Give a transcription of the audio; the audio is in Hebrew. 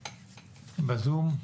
בזום.